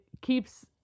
keeps